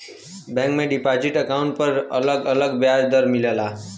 bank में deposit account पर अलग अलग ब्याज दर मिलला